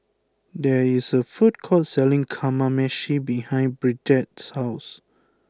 there is a food court selling Kamameshi behind Bridgette's house